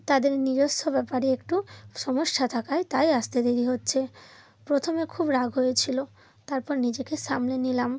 তাদের নিজস্ব ব্যাপারে একটু সমস্যা থাকায় তাই আসতে দেরি হচ্ছে প্রথমে খুব রাগ হয়েছিল তারপর নিজেকে সামলে নিলাম